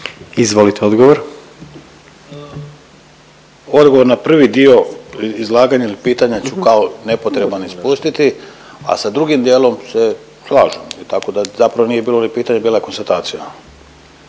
Ivan** Odgovor na prvi dio izlaganja i pitanja ću kao nepotreban ispustiti, a sa drugim dijelom se slažem. Tako da zapravo nije ni bilo pitanje bila je konstatacija.